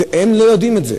הם לא יודעים את זה,